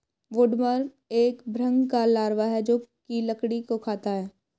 woodworm एक भृंग का लार्वा है जो की लकड़ी को खाता है